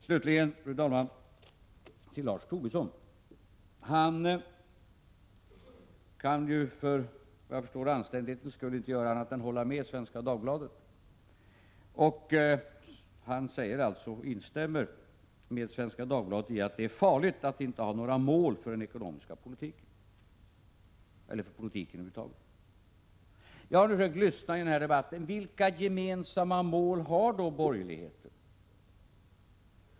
Slutligen vill jag, fru talman, vända mig till Lars Tobisson. Han kan för anständighetens skull inte göra annat än hålla med Svenska Dagbladet. Han instämmer med Svenska Dagbladet i att det är farligt att inte ha några mål för den ekonomiska politiken eller för politiken över huvud taget. Jag har försökt lyssna i denna debatt för att höra vilka gemensamma mål borgerligheten har.